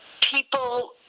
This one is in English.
People